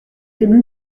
ému